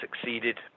succeeded